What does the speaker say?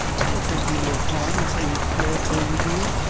i thought there'd be no harm in saying a prayer for you, dear?